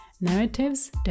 narratives